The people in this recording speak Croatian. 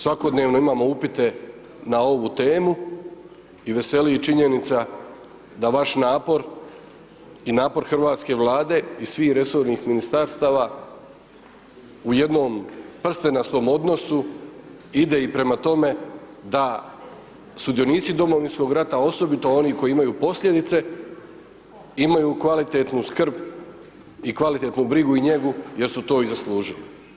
Svakodnevno imamo upite na ovu temu i veseli činjenica da vaš napor i napor hrvatske Vlade i svih resornih Ministarstava u jednom prstenastom odnosu ide i prema tome da sudionici Domovinskog rata, osobito oni koji imaju posljedice, imaju kvalitetnu skrb i kvalitetnu brigu i njegu jer su to i zaslužili.